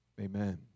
amen